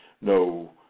No